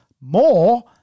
more